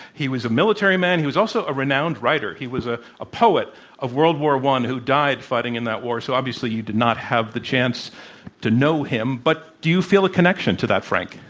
he was a military man he was also a renowned writer. he was a a poet of world war i who died fighting in that war, so, obviously, you did not have the chance to know him. but do you feel a connection to that frank?